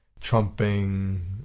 trumping